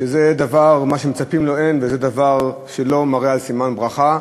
מה שמצפים לו, אין, וזה דבר שלא מראה סימן ברכה,